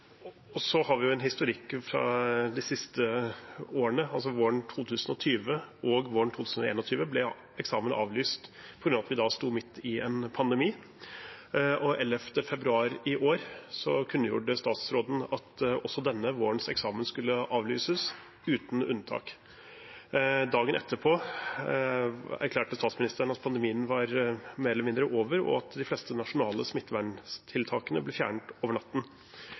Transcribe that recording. Så har vi en historikk fra de siste årene. Våren 2020 og våren 2021 ble eksamen avlyst på grunn av at vi sto midt i en pandemi. 11. februar i år kunngjorde statsråden at også denne vårens eksamen skulle avlyses uten unntak. Dagen etterpå erklærte statsministeren at pandemien var mer eller mindre over, og de fleste nasjonale smitteverntiltakene ble fjernet over natten.